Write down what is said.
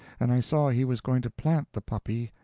and i saw he was going to plant the puppy,